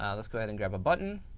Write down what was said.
um let's go ahead and grab a button.